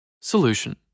Solution